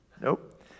Nope